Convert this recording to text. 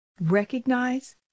recognize